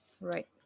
Right